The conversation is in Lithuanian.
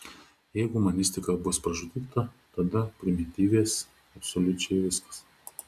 jei humanistika bus pražudyta tada primityvės absoliučiai viskas